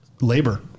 labor